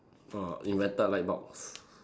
err invented light bulbs